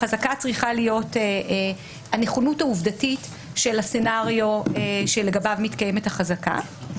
החזקה צריכה להיות הנכונות העובדתית של הסצנריו שלגביו מתקיימת החזקה.